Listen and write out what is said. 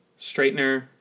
Straightener